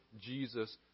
Jesus